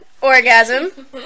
Orgasm